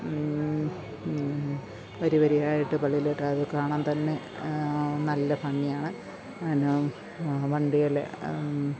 വരിവരിയായിട്ട് പള്ളിയിലോട്ട് അത് കാണാൻതന്നെ നല്ല ഭംഗിയാണ് എന്നാ വണ്ടികള്